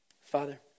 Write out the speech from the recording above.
Father